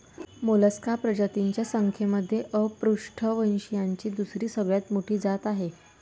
Mollusca प्रजातींच्या संख्येमध्ये अपृष्ठवंशीयांची दुसरी सगळ्यात मोठी जात आहे